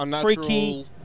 freaky